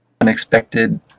Unexpected